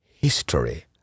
history